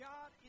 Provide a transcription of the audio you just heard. God